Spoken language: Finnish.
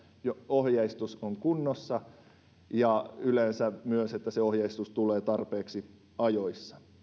ohjeistus on kunnossa ja yleensä myös että se ohjeistus tulee tarpeeksi ajoissa